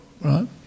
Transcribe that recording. right